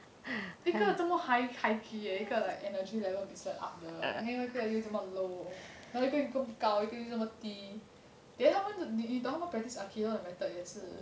一个这么 high key leh 一个 like energy level 每次 up 的 then 另外一个这么 low 一个这么高 then 一个这么低 then 他们你懂他们 practice aikido